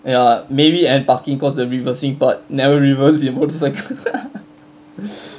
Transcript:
ya maybe and parking cause the reversing part never reverse in motorcycle